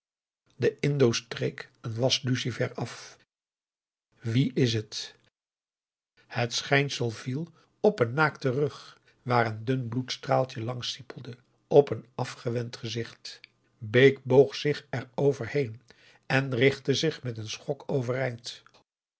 de indo streek een was lucifer af wie is het het schijnsel viel op een naakten rug waar een dun bloedstraaltje langs siepelde op een afgewend gezicht bake boog zich er over heen en richtte zich met een schok overeind